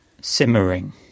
simmering